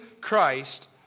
Christ